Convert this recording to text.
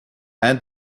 and